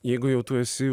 jeigu jau tu esi